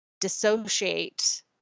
dissociate